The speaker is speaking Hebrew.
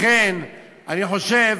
לכן אני חושב,